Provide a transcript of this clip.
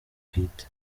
bwite